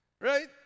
Right